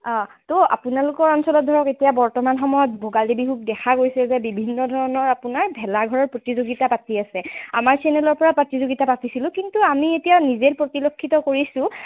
অঁ তো আপোনালোকৰ অঞ্চলত ধৰক এতিয়া বৰ্তমান সময়ত ভোগালী বিহুত দেখা গৈছে যে বিভিন্ন ধৰণৰ আপোনাৰ ভেলাঘৰৰ প্ৰতিযোগিতা পাতি আছে আমাৰ চেনেলৰ পৰা প্ৰতিযোগিতা পাতিছিলোঁ কিন্তু আমি এতিয়া নিজে পৰিলক্ষিত কৰিছোঁ